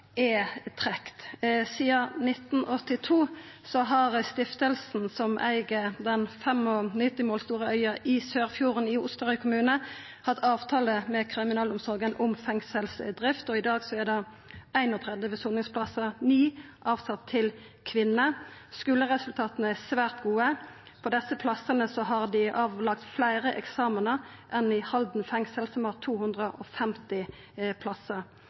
er trekt. Sidan 1982 har stiftinga som eig den 95 mål store øya i Sørfjorden i Osterøy kommune, hatt avtale med kriminalomsorga om fengselsdrift. I dag er det 31 soningsplassar der, og 9 er sett av til kvinner. Skuleresultata er svært gode. Det er tatt fleire eksamenar her enn i Halden fengsel, som har 250 plassar.